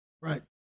right